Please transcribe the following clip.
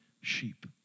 sheep